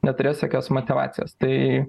neturės jokios motyvacijos tai